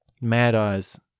Mad-Eye's